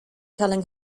telling